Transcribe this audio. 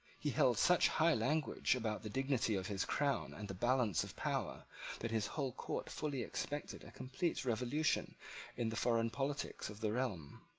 he held such high language about the dignity of his crown and the balance of power that his whole court fully expected a complete revolution in the foreign politics of the realm.